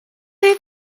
oedd